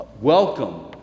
welcome